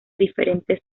diferentes